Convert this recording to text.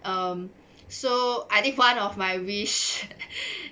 um so I think one of my wish